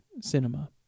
cinema